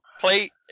Play